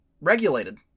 regulated